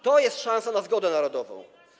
To jest szansa na zgodę narodową.